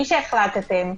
מי שהחלטתם,